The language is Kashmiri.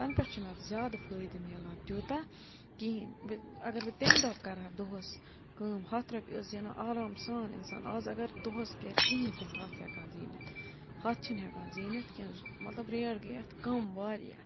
تَنہٕ پٮ۪ٹھ چھِنہٕ اَتھ زیادٕ فٲیدٕ مِلان تیوٗتاہ کِہیٖنۍ بہ اگر بہٕ تمہِ دۄہ کَرٕہا دۄہَس کٲم ہَتھ رۄپیہِ ٲس زینان آرام سان اِنسان آز اگر دۄہَس کَرِ کِہیٖنۍ چھِنہٕ ہَتھ ہٮ۪کان زیٖنِتھ ہَتھ چھِنہٕ ہٮ۪کان زیٖنِتھ کینٛہہ مطلب ریٹ گٔے اَتھ کَم واریاہ